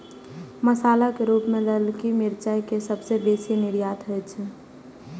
मसाला के रूप मे ललकी मिरचाइ के सबसं बेसी निर्यात होइ छै